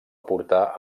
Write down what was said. portar